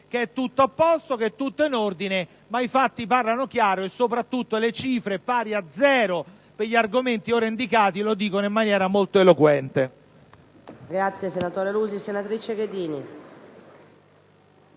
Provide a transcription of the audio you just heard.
che tutto è a posto, che tutto è in ordine; ma i fatti parlano chiaro, e soprattutto le cifre, che sono pari a zero, per gli argomenti ora indicati, parlano in maniera molto eloquente.